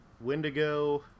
Wendigo